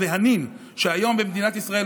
"והנין" שהיום במדינת ישראל,